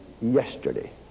yesterday